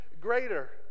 greater